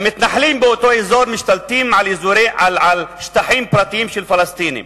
בד בבד המתנחלים באותו אזור משתלטים על שטחים פרטיים של פלסטינים.